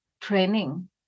training